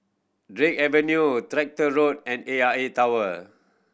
Drake Avenue Tractor Road and A I A Tower